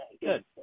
Good